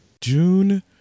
June